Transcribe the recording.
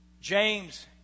James